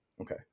Okay